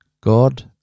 God